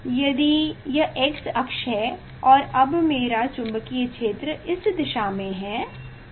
यदि यह X अक्ष है और अब मेरा चुंबकीय क्षेत्र इस दिशा में है ठीक